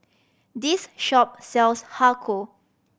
this shop sells Har Kow